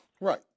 Right